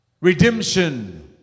redemption